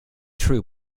true